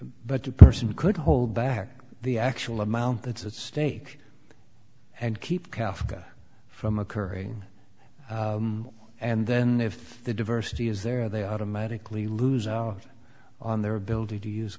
but the person could hold back the actual amount that's at stake and keep count from occurring and then if the diversity is there they automatically lose out on their ability to use